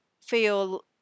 feel